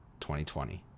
2020